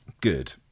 good